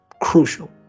Crucial